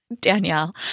Danielle